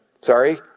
sorry